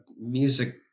music